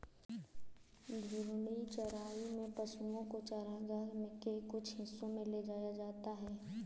घूर्णी चराई में पशुओ को चरगाह के कुछ हिस्सों में ले जाया जाता है